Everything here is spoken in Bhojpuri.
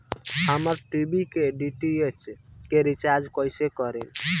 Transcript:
हमार टी.वी के डी.टी.एच के रीचार्ज कईसे करेम?